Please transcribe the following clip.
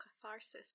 catharsis